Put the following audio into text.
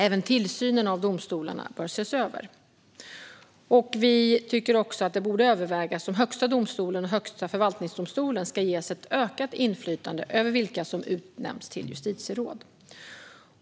Även tillsynen av domstolarna bör ses över. Vi tycker också att det borde övervägas om Högsta domstolen och Högsta förvaltningsdomstolen ska ges ett ökat inflytande över vilka som utnämns till justitieråd.